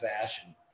fashion